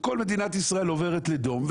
וכל מדינת ישראל עוברת לדום.